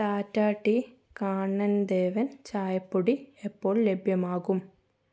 Tata tea Kanan Devan ചായപ്പൊടി എപ്പോൾ ലഭ്യമാകും